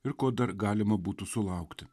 ir ko dar galima būtų sulaukti